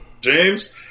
James